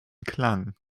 klang